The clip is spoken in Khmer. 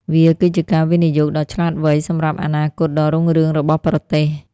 វាគឺជាការវិនិយោគដ៏ឆ្លាតវៃសម្រាប់អនាគតដ៏រុងរឿងរបស់ប្រទេស។